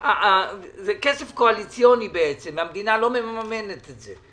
זה כסף קואליציוני בעצם והמדינה לא מממנת את זה.